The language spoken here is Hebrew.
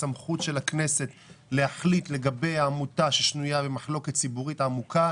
בסמכות של הכנסת להחליט לגבי עמותה ששנויה במחלוקת ציבורית עמוקה.